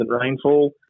rainfall